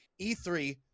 e3